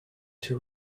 two